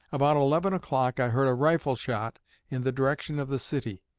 about eleven o'clock i heard a rifle-shot in the direction of the city,